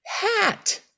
hat